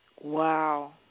Wow